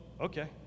okay